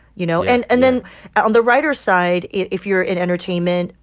you know? and and then on the writers side, if you're in entertainment,